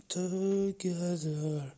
together